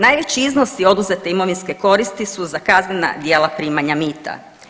Najveći iznosi oduzete imovinske koristi su za kaznena djela primanja mita.